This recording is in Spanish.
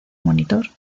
monitor